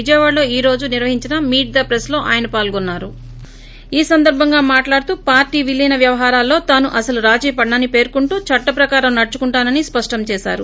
విజయవాడలో ఈ రోజు నిర్వహించిన మీట్ ది ప్రెస్లో ఆయన పాల్గొన్నారు ఈ సందర్బంగా మాట్లాడుతూ పార్టీ విలీన వ్యవహారాల్లో తాను అసలు రాజీ పడనని పేర్కొంటూ చట్టం ప్రకారం నడచుకుంటానని స్పష్టం చేసారు